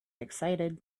excited